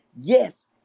Yes